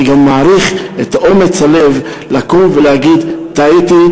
אני גם מעריך את אומץ הלב לקום ולהגיד: טעיתי,